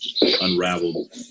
unraveled